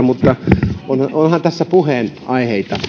mutta onhan tässä puheenaiheita